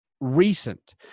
recent